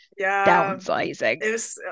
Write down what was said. downsizing